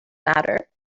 matter